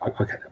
Okay